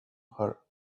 her